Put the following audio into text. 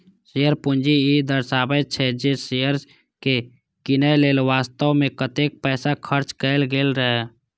share पूंजी ई दर्शाबै छै, जे शेयर कें कीनय लेल वास्तव मे कतेक पैसा खर्च कैल गेल रहै